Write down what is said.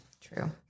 True